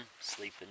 sleeping